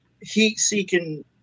heat-seeking